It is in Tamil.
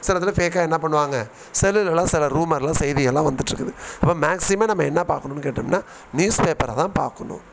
சிலதில் ஃபேக்காக என்ன பண்ணுவாங்க செல்லுலலாம் சில ரூமர்லாம் செய்தியெல்லாம் வந்துட்டிருக்குது அப்போ மேக்ஸிமம் நம்ம என்ன பார்க்கணுன்னு கேட்டோம்னா நியூஸ் பேப்பரை தான் பார்க்கணும்